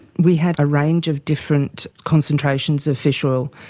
we had a range of different concentrations of fish oil,